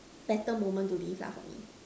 better moment to live that for me